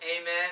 Amen